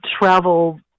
travel